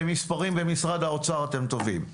במספרים במשרד האוצר אתם טובים.